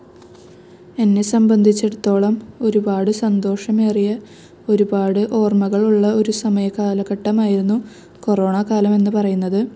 എന്നെ സംബന്ധിച്ചെടുത്തോളം ഒരുപാട് സന്തോഷമേറിയ ഒരുപാട് ഓർമ്മകളുള്ള ഒരു സമയം കാലഘട്ടമായിരുന്നു കൊറോണ കാലമെന്ന് പറയുന്നത്